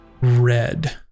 red